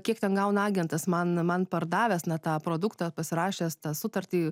kiek ten gauna agentas man man pardavęsna tą produktą pasirašęs tą sutartį